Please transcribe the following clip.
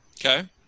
okay